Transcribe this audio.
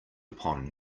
upon